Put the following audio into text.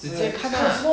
直接看 lah